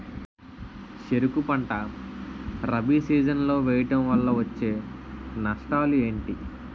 చెరుకు పంట రబీ సీజన్ లో వేయటం వల్ల వచ్చే నష్టాలు ఏంటి?